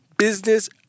Business